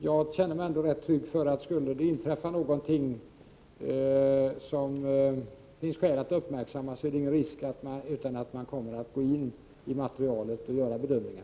Jag känner mig ändå rätt trygg, för om det skulle inträffa något som det finns skäl att uppmärksamma kommer man att gå in i materialet och göra bedömningar.